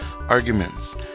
arguments